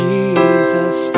Jesus